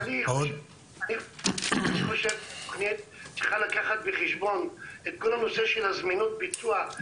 אני חושב שצריך לקחת בחשבון את כל נושא זמינות הביצוע.